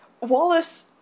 Wallace